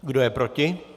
Kdo je proti?